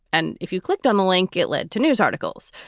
and if you clicked on the link, it led to news articles.